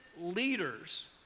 leaders